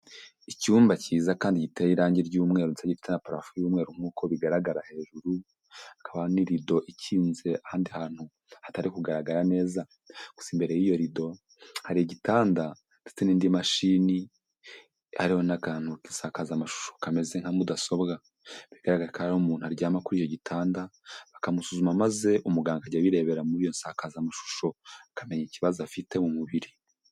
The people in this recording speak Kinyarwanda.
Icyumba cyiza kandi giteye irangi ry'umweru ndetse gifite na parafo y'umweru nkuko bigaragara hejuru, hakabaho n'irido ikinze ahandi hantu hatari kugaragara neza. Gusa imbere y'iyo rido hari igitanda ndetse n'indi mashini hariho n'akantu k'isakazamashusho kameze nka mudasobwa. Bigaragara ko ariho umuntu aryama kuri icyo gitanda bakamusuzuma maze umuganga akajya abirebera muri iyo nsakazamashusho. Akamenya ikibazo afite mu mubiri.